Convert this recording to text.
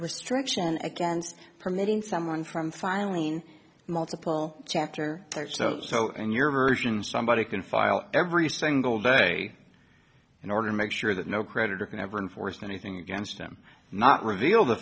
restriction against permitting someone from filing multiple chapter so in your version somebody can file every single day in order to make sure that no creditor can ever enforce anything against him not reveal the